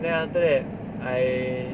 then after that I